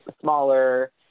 smaller